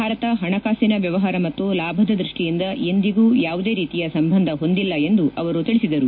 ಭಾರತ ಹಣಕಾಸಿನ ವ್ಯವಹಾರ ಮತ್ತು ಲಾಭದ ದೃಷ್ಟಿಯಿಂದ ಎಂದಿಗೂ ಯಾವುದೇ ರೀತಿಯ ಸಂಬಂಧ ಹೊಂದಿಲ್ಲ ಎಂದು ಅವರು ತಿಳಿಸಿದರು